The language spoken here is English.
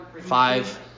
five